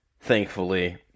thankfully